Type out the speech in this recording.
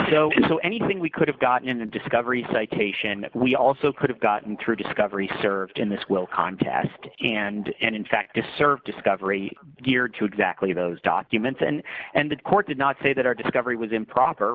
what so anything we could have gotten in the discovery citation we also could have gotten through discovery served in this will contest and in fact to serve discovery geared to exactly those documents and and the court did not say that our discovery was improper